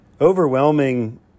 overwhelming